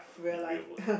in real world